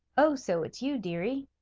oh, so it's you, deary!